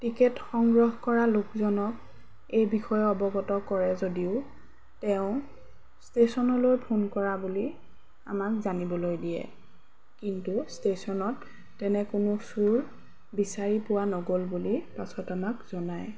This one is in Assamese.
টিকেট সংগ্ৰহ কৰা লোকজনক এই বিষয়ে অৱগত কৰে যদিও তেওঁ ষ্টেশ্যনলৈ ফোন কৰা বুলি আমাক জানিবলৈ দিয়ে কিন্তু ষ্টেশ্যনত তেনে কোনো চোৰ বিচাৰি পোৱা নগ'ল বুলি পাছত আমাক জনায়